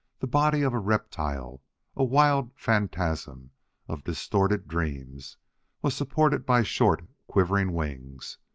the body of a reptile a wild phantasm of distorted dreams was supported by short, quivering wings.